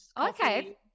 Okay